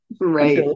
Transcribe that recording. Right